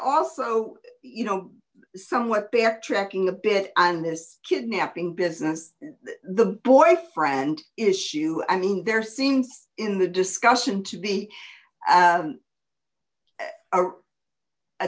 also you know somewhat bear tracking a bit on this kidnapping business the boyfriend issue i mean there seems in the discussion to be